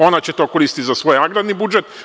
Ona će to koristiti za svoj agrarni budžet.